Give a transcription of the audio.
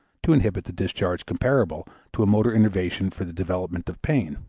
to inhibit the discharge comparable to a motor innervation for the development of pain.